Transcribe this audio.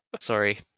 Sorry